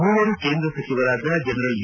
ಮೂವರು ಕೇಂದ್ರ ಸಚಿವರಾದ ಜನರಲ್ ವಿ